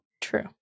True